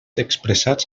expressats